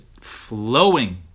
flowing